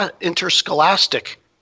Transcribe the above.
interscholastic